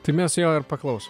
tai mes jo ir paklausom